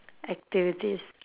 activities